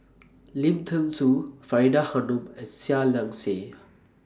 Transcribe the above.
Lim Thean Soo Faridah Hanum and Seah Liang Seah